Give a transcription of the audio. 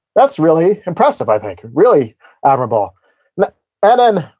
that's really impressive, i think. really admirable but ah then,